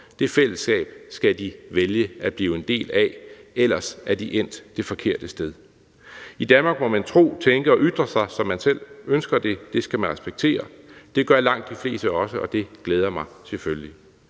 Det fællesskab skal de vælge at blive en del af. Ellers er de endt det forkerte sted. I Danmark må man tro, tænke og ytre sig, som man selv ønsker det. Det skal man respektere. Det gør langt de fleste også, og det glæder mig selvfølgelig.